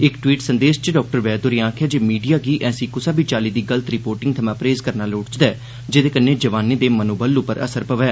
इक टवीट् संदेस च डाक्टर वैद होरे आखेआ जे मीडिया गी ऐसी कुसा बी चाल्ली दी गलत रिपोटिंग थमां परहेज़ करना लोड़चदा ऐ जेहदे कन्नै जवाने दे मनोबल उप्पर असर पवै